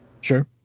Sure